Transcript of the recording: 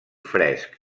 fresc